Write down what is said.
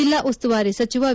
ಜಿಲ್ಲಾ ಉಸ್ತುವಾರಿ ಸಚಿವ ವಿ